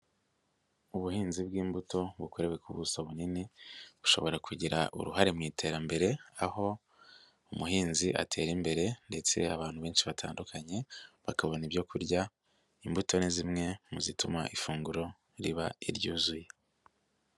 Ubuhinzi bw'imbuto bukorewe ku buso bunini, bushobora kugira uruhare mu iterambere, aho umuhinzi atera imbere ndetse abantu benshi batandukanye, bakabona ibyo kurya, imbuto ni zimwe mu zituma ifunguro riba iryuzuye.